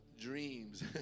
dreams